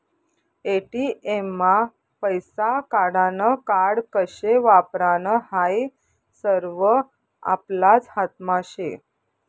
ATM मा पैसा काढानं कार्ड कशे वापरानं हायी सरवं आपलाच हातमा शे